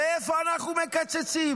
ואיפה אנחנו מקצצים,